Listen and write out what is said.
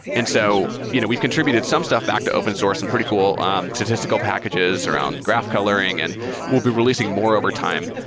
and so you know we've contributed some stuff back to open source and pretty cool statistical packages around graph coloring and we'll be releasing more over time,